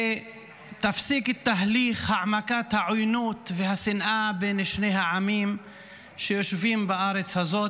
תפסיק את תהליך העמקת העוינות והשנאה בין שני העמים שיושבים בארץ הזאת.